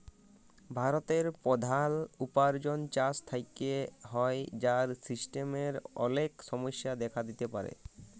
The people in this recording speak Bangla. ভারতের প্রধাল উপার্জন চাষ থেক্যে হ্যয়, যার সিস্টেমের অলেক সমস্যা দেখা দিতে পারে